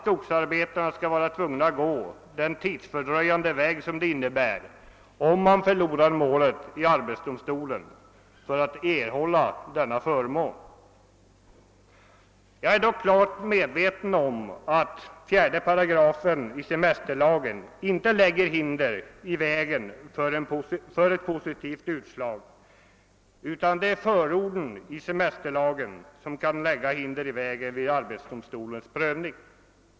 Skogsarbetarna tvingas alltså gå en tidskrävande väg för att få denna förmån, om målet förloras i arbetsdomstolen. Jag är dock klart medveten om att 4 § i semesterlagen inte lägger hinder i vägen för ett positivt utslag vid arbetsdomstolens prövning men att förorden till semesterlagen kan göra det.